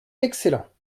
excellent